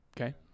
Okay